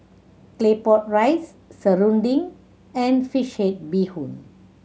Claypot Rice serunding and fish head bee hoon